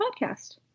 podcast